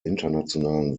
internationalen